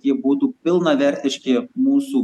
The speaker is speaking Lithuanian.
jie būtų pilnavertiški mūsų